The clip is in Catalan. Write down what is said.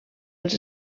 els